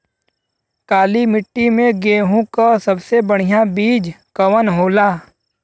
काली मिट्टी में गेहूँक सबसे बढ़िया बीज कवन होला?